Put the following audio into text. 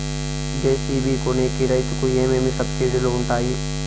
JCB కొనేకి రైతుకు ఏమేమి సబ్సిడి లు వుంటాయి?